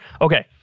Okay